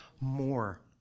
more